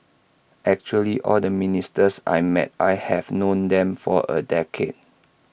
actually all the ministers I met I have known them for A decade